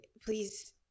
please